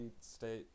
State